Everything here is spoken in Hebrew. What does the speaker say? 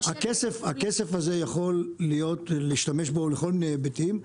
הכסף הזה יכול להשתמש בו לכל מיני היבטים.